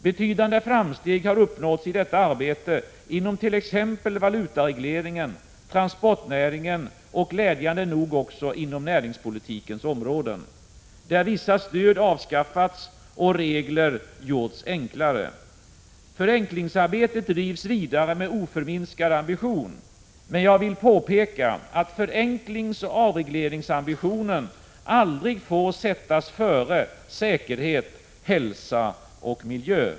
Betydande framsteg har uppnåtts i detta arbete inom t.ex. valutaregleringen, transportnäringen och glädjande nog också inom näringspolitikens område, där vissa stöd avskaffats och regler gjorts enklare, Förenklingsarbetet drivs vidare med oförminskad ambition. Men jag vill påpeka att förenklingsoch avregleringsambitionen aldrig får sättas före säkerhet, hälsa och miljö!